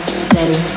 steady